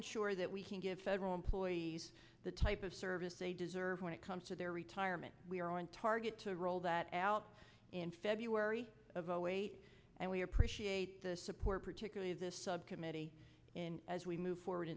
ensure that we can give federal employees the type of service they deserve when it comes to their retirement we are on target to roll that out in february of zero eight and we appreciate the support particularly this subcommittee in as we move forward